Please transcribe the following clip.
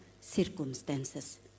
circumstances